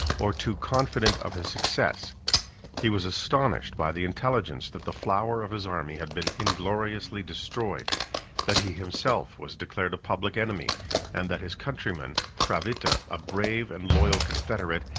or too confident of his success he was astonished by the intelligence that the flower of his army had been ingloriously destroyed that he himself was declared a public enemy and that his countryman, fravitta, a brave and loyal confederate,